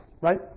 Right